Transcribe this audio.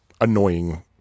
annoying